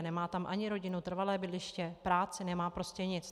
Nemá tam ani rodinu, trvalé bydliště, práci, nemá prostě nic.